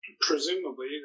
presumably